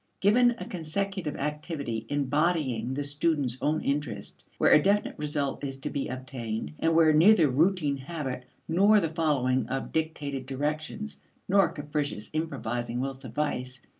given a consecutive activity embodying the student's own interest, where a definite result is to be obtained, and where neither routine habit nor the following of dictated directions nor capricious improvising will suffice,